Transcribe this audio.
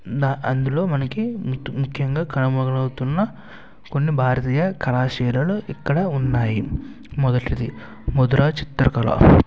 నా అందులో మనకి ముఖ్ ముఖ్యంగా కనుమరుగవుతున్న కొన్ని భారతీయ కళాశీలలు ఇక్కడ ఉన్నాయి మొదటిది ముదిరాజ్ చిత్రకళ